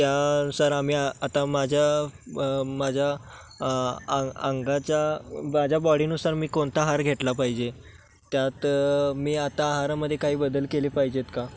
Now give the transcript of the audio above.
त्यानुसार आम्ही आ आता माझ्या माझ्या अंग अंगाच्या माझ्या बॉडीनुसार मी कोणता हार घेतला पाहिजे त्यात मी आता आहारामध्ये काही बदल केले पाहिजेत का